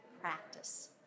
practice